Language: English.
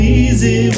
easy